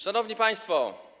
Szanowni Państwo!